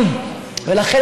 ולכן,